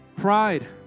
pride